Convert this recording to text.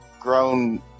grown